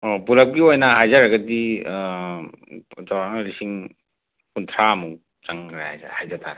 ꯑꯣ ꯄꯨꯜꯂꯞꯀꯤ ꯑꯣꯏꯅ ꯍꯥꯏꯖꯔꯒꯗꯤ ꯆꯥꯎꯔꯥꯛꯅ ꯂꯤꯁꯤꯡ ꯀꯨꯟꯊ꯭ꯔꯥꯃꯨꯛ ꯆꯪꯒ꯭ꯔꯦ ꯍꯥꯏꯖ ꯍꯥꯏꯖꯇꯥꯔꯦ